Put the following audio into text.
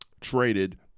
traded